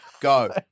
Go